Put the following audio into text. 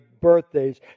birthdays